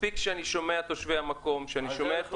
מספיק שאני שומע את תושבי המקום ואני שומע את